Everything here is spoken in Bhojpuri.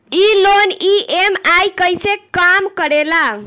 ई लोन ई.एम.आई कईसे काम करेला?